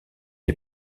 est